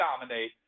dominate